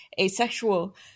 asexual